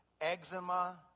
eczema